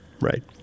Right